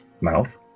mouth